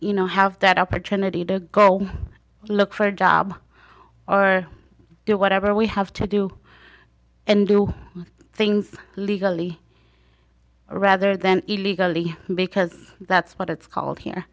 you know have that opportunity to go look for a job or do whatever we have to do and do things legally rather than illegally because that's what it's called here